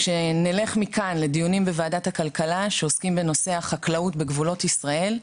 כשנלך מכאן לדיונים בוועדת הכלכלה שעוסקים בנושא החקלאות בגבולות ישראל,